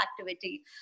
activity